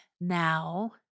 now